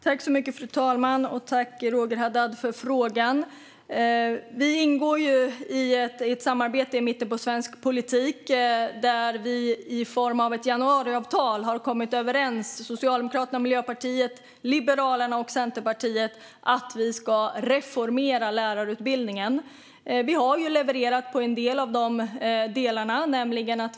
Fru talman! Tack, Roger Haddad, för frågan! Vi ingår ju i ett samarbete i mitten av svensk politik, där vi - Socialdemokraterna, Miljöpartiet, Liberalerna och Centerpartiet - i form av ett januariavtal har kommit överens om att vi ska reformera lärarutbildningen. Vi har ju levererat på några av delarna.